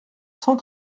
cent